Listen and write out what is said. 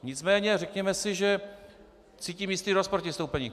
Nicméně řekněme si, že cítím jistý rozpor ve vystoupení.